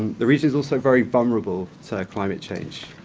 the region's also very vulnerable to climate change.